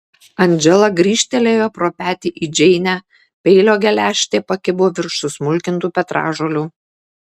andžela grįžtelėjo pro petį į džeinę peilio geležtė pakibo virš susmulkintų petražolių